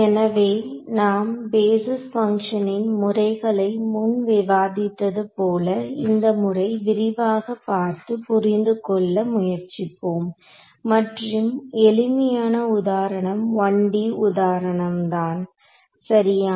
எனவே நாம் பேஸிஸ் பங்க்ஷனின் முறைகளை முன் விவாதித்தது போல இந்த முறை விரிவாக பார்த்து புரிந்து கொள்ள முயற்சிப்போம் மற்றும் எளிமையான உதாரணம் 1D உதாரணம்தான் சரியா